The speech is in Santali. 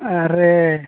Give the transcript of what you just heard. ᱟᱨᱮ